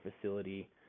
facility